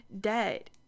debt